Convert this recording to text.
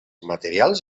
materials